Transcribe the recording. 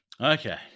Okay